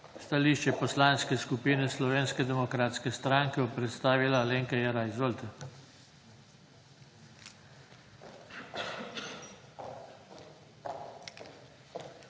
Stališče Poslanske skupine Slovenske demokratske stranke bo predstavila Alenka Jeraj. Izvolite.